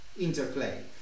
interplay